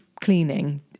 cleaning